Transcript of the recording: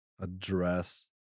address